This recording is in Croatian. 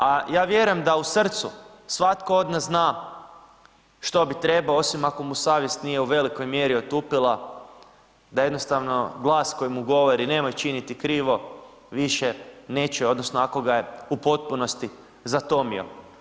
A ja vjerujem da u srcu svatko od nas zna što bi trebao osim ako mu savjest nije u velikoj mjeri otupila da jednostavno glas koji mu govori nemoj činiti krivo više ne čuje, odnosno ako ga je u potpunosti zatomio.